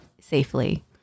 safely